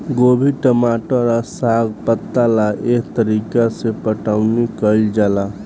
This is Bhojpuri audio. गोभी, टमाटर आ साग पात ला एह तरीका से पटाउनी कईल जाला